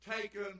Taken